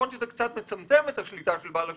שזה קצת מצמצם את השליטה של בעל השליטה,